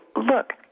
look